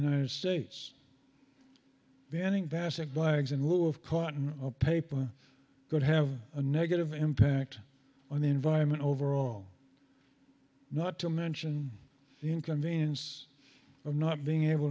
united states banning bassett blags in lieu of cotton a paper could have a negative impact on the environment overall not to mention the inconvenience of not being able